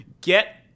Get